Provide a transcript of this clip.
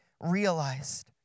realized